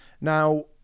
now